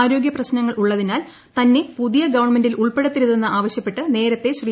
ആരോഗ്യ പ്രശ്നങ്ങൾ ഉള്ളിതിനാൽ തന്നെ പുതിയ ഗവൺമെന്റിൽ ഉൾപ്പെടുത്തരുതെന്ന് ആവശ്യപ്പെട്ട് നേരത്തേ ശ്രീ